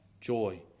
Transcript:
joy